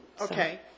Okay